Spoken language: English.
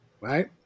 right